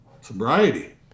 Sobriety